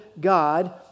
God